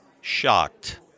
Shocked